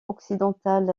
occidental